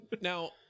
now